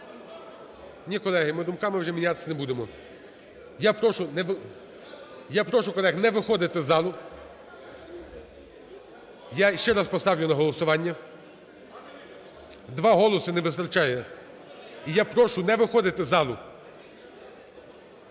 Ні, колеги, ми думками вже мінятися не будемо. Я прошу… Я прошу, колеги, не виходити з залу, я ще раз поставлю на голосування. Два голоси не вистачає. І я прошу не виходити з залу.